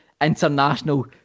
international